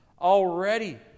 already